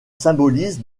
symbolisent